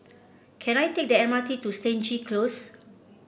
can I take the M R T to Stangee Close